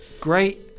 Great